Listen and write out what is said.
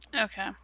Okay